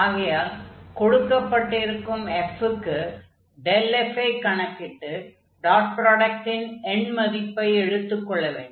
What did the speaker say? ஆகையால் கொடுக்கப்பட்டிருக்கும் f க்கு ∇f ஐ கணக்கிட்டு டாட் ப்ராடக்டின் எண்மதிப்பை எடுத்துக் கொள்ள வேண்டும்